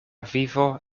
vivo